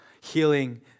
healing